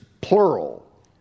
plural